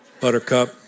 buttercup